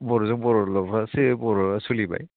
बर'जों बर'ल'बासो बर'आ सोलिबाय